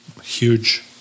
huge